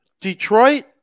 Detroit